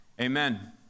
amen